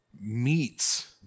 meets